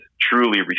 truly